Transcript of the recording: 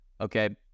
okay